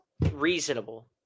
reasonable